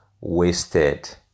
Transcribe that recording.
wasted